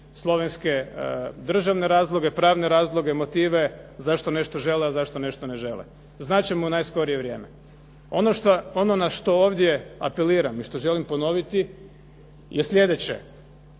slovenske državne razloge, pravne razloge, motive zašto nešto žele, a zašto nešto ne žele. Znat ćemo u najskorije vrijeme. Ono na što ovdje apeliram i što želim ponoviti je slijedeće.